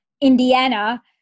Indiana